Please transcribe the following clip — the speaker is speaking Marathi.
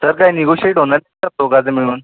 सर काय निगोशेट होणार का दोघाचं मिळून